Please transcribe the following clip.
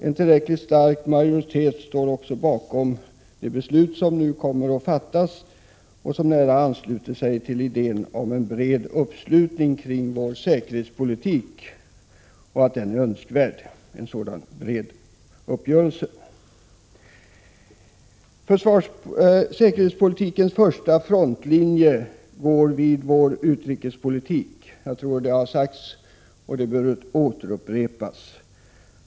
En tillräckligt stark majoritet står bakom det beslut som nu kommer att fattas. Det innebär också att vi ansluter oss till idén om att 113 en bred uppslutning kring vår säkerhetspolitik är önskvärd. Säkerhetspolitikens första frontlinje går vid vår utrikespolitik. Det har sagts tidigare och bör återupprepas.